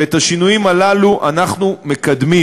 ואת השינויים הללו אנחנו מקדמים,